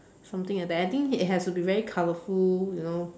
something like that I think it has to be very colourful you know